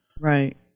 Right